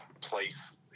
place